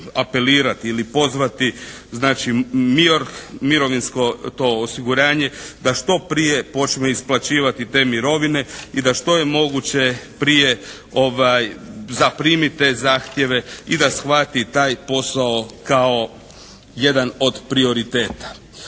apelirati ili pozvati, znači MIORH, mirovinsko to osiguranje da što prije počne isplaćivati te mirovine i da što je moguće prije zaprimi te zahtjeve i da shvati taj posao kao jedan od prioriteta.